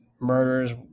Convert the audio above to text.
murders